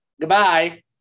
goodbye